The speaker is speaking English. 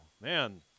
Man